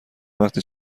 وقتی